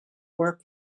work